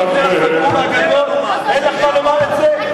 אתה אופוזיציה, אין לך מה לומר על זה?